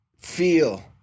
Feel